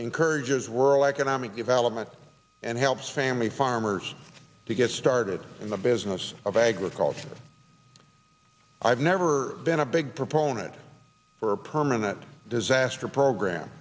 encourages worrell economic development and helps family farmers to get started in the business of agriculture i've never been a big proponent for a permanent disaster program